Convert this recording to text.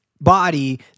body